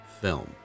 film